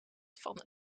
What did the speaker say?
van